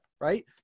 right